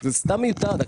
זה סתם מיותר.